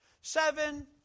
Seven